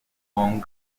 long